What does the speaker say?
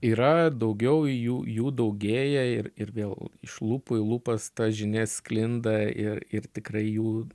yra daugiau jų jų daugėja ir ir vėl iš lūpų į lūpas tas žinia sklinda ir ir tikrai jų